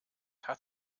hat